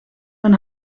mijn